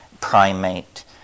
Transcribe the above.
primate